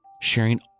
sharing